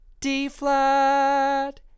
D-flat